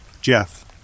Jeff